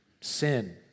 sin